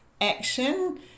action